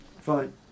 fine